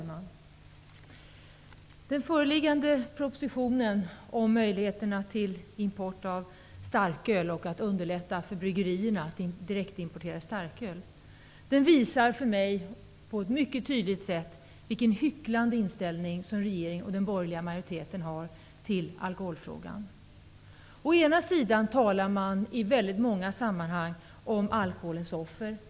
Fru talman! Den föreliggande propositionen om möjligheter till import av starköl och om att underlätta för bryggerierna att direktimportera starköl visar på ett mycket tydligt sätt vilken hycklande inställning som regeringen och den borgerliga majoriteten har i alkoholfrågan. Å ena sidan talar man i väldigt många sammanhang om alkoholens offer.